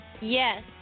yes